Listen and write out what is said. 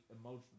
emotional